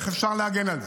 איך אפשר להגן על זה?